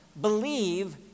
believe